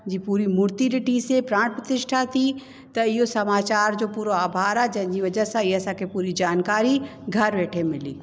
जी पूरी मुर्ति ॾिठीसीं प्राण प्रतिष्ठता थी त इहो समाचार जो पूरो आभार आहे जंहिंजी वजह सां इहा असांखे पूरी जानकारी घरु वेठे मिली